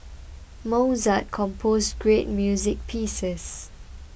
Mozart composed great music pieces